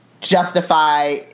justify